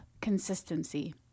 consistency